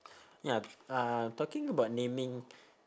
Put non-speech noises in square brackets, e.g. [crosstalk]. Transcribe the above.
ya [noise] uh talking about naming